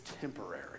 temporary